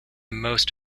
most